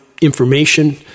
information